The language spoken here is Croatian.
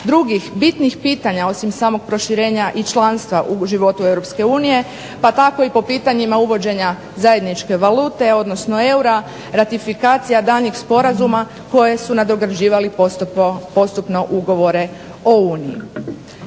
drugih bitnih pitanja osim samog proširenja i članstva u životu EU pa tako i po pitanjima uvođenja zajedničke valute, odnosno EURA, ratifikacija daljnjeg sporazuma koje su nadograđivali postupno ugovore o Uniji.